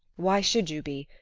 why should you be?